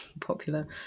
popular